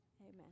Amen